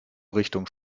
richtung